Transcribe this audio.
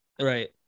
Right